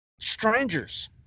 strangers